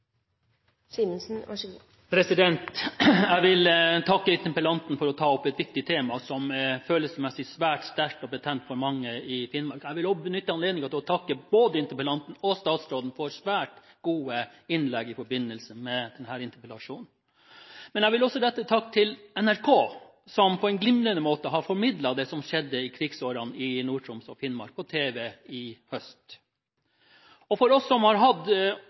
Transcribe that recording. måte over så lang tid, er det helt avgjørende at elever lærer om også i dag. Jeg vil takke interpellanten for å ta opp et viktig tema som er følelsesmessig svært sterkt og betent for mange i Finnmark. Jeg vil også benytte anledningen til å takke både interpellanten og statsråden for svært gode innlegg i forbindelse med denne interpellasjonen. Jeg vil også rette en takk til NRK, som på en glimrende måte har formidlet det som skjedde i krigsårene i Nord-Troms og Finnmark på tv i høst. For oss som har